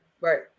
right